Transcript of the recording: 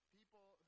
people